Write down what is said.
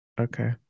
Okay